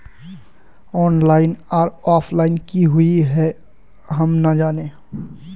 Online आर offline की हुई है हम ना जाने?